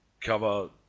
cover